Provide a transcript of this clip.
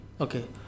okay